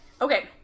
Okay